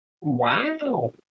Wow